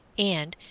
and,